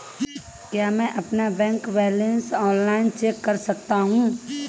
क्या मैं अपना बैंक बैलेंस ऑनलाइन चेक कर सकता हूँ?